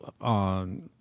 on